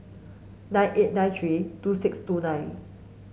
nine eight nine three two six two nine